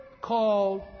called